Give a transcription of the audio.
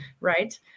right